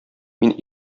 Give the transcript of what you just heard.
мин